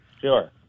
Sure